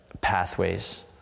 pathways